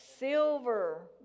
Silver